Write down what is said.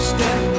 Step